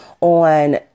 on